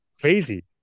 crazy